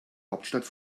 hauptstadt